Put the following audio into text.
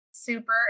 Super